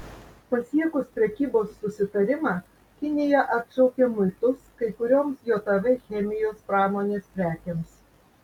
pasiekus prekybos susitarimą kinija atšaukė muitus kai kurioms jav chemijos pramonės prekėms